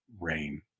rain